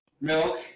Milk